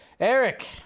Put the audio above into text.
Eric